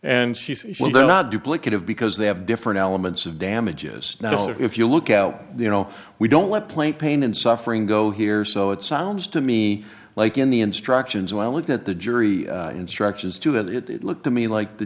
and she said well they're not duplicative because they have different elements of damages if you look out the you know we don't let plain pain and suffering go here so it sounds to me like in the instructions when i looked at the jury instructions to that it it looked to me like the